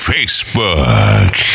Facebook